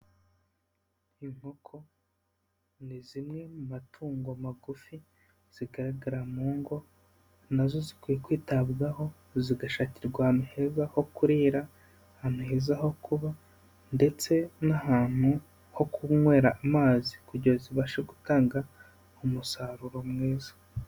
Inkoko ni zimwe mu matungo magufi zigaragara mu ngo na zo zikwiye kwitabwaho zigashakirwa ahantu heza ho kurira, ahantu heza ho kuba ndetse n'ahantu ho kunywera amazi kugeza zibashe gutanga umusaruro mwiza.